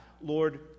Lord